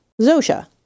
Zosha